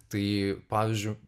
tai pavysdžiui